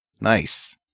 Nice